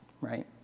right